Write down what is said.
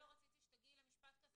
אני בכוונה לא רציתי שתגיעי למשפט כזה